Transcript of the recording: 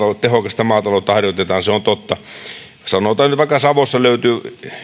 tehokasta maataloutta harjoitetaan se on totta sanotaan nyt vaikka että savosta löytyy